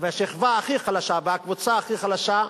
והשכבה הכי חלשה, והקבוצה הכי חלשה,